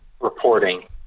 reporting